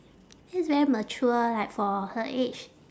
that's very mature like for her age